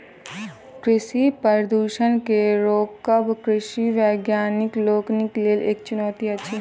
कृषि प्रदूषण के रोकब कृषि वैज्ञानिक लोकनिक लेल एक चुनौती अछि